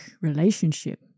relationship